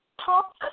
talk